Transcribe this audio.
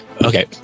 Okay